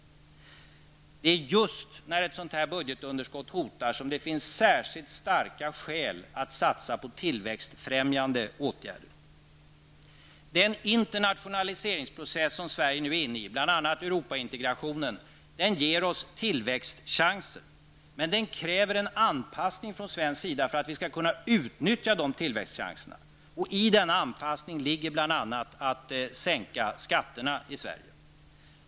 Det är just när ett sådant här budgetunderskott hotar som det finns särskilt starka skäl att satsa på tillväxtfrämjande åtgärder. Den internationaliseringsprocess som Sverige nu är inne i, bl.a. Europaintegrationen, ger oss tillväxtchanser. Men den kräver en anpassning från svensk sida för att vi skall kunna uppnå de tillväxtchanserna. I denna anpassning ligger bl.a. att sänka skatterna i Sverige.